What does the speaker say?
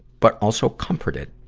but also comforted.